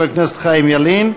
חבר הכנסת חיים ילין,